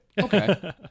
Okay